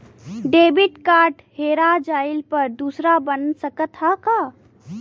Debit card हेरा जइले पर दूसर बन सकत ह का?